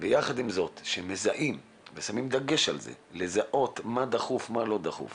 ויחד עם זאת כאשר מזהים ושמים דגש על מה דחוף ומה לא דחוף